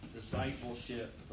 discipleship